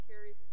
carries